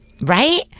right